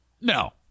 No